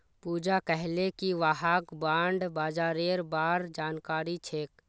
पूजा कहले कि वहाक बॉण्ड बाजारेर बार जानकारी छेक